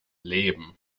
leben